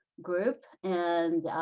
group and